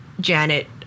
Janet